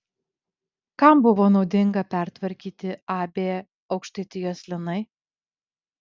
kam buvo naudinga pertvarkyti ab aukštaitijos linai